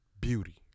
Beauty